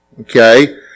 okay